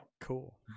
Cool